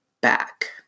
back